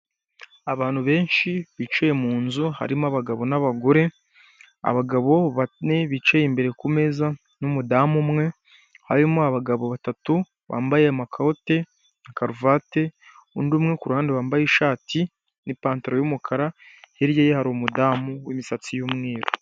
Itangazo ry'inama ikomeye izaba iri kuvuga kubirebana n'ikoranabuhanga; izabera i Kigali mu Rwanda ku itariki makumyabiri n'enye kugeza makumyabiri n'esheshatu gashyantare bibiri na makumyabiri na gatanu, rikaba ryashyizwe hanze n'ikigo cy'imyuga gikunze kwitwa RDB.